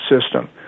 system